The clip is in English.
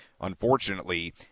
unfortunately